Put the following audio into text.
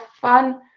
fun